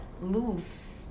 loose